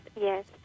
yes